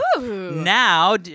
Now